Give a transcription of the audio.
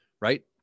right